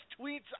tweets